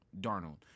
Darnold